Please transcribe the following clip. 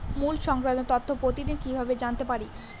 মুল্য সংক্রান্ত তথ্য প্রতিদিন কিভাবে জানতে পারি?